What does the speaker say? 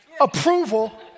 approval